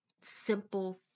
Simple